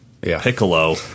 piccolo